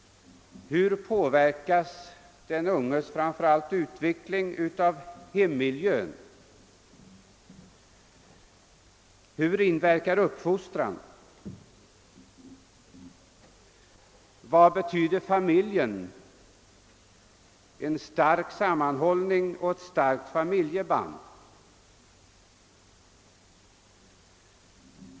Hur påverkas den unges utveckling av hemmiljön? Hur inverkar uppfostran? Vad betyder en stark sammanhållning och ett starkt familjeband?